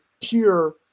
pure